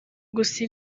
gusa